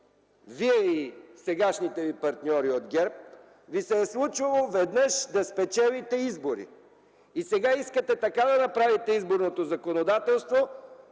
и на сегашните ви партньори от ГЕРБ ви се е случило веднъж да спечелите избори. Сега искате така да направите изборното законодателство,